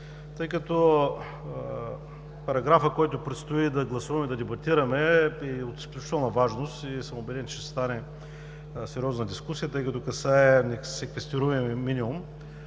тъй като параграфът, който предстои да дебатираме и гласуваме, е от изключителна важност и съм убеден, че ще стане сериозна дискусия, тъй като касае несеквестируемия минимум